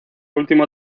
último